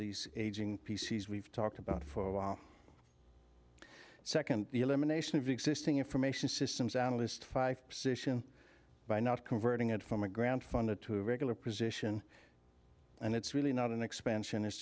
these aging p c s we've talked about for a while second the elimination of existing information systems analyst five position by not converting it from a ground funder to a regular position and it's really not an expansion it's